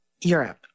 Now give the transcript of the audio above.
Europe